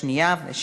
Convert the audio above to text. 15 חברי כנסת